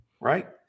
right